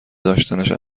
داشتنش